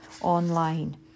online